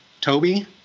Toby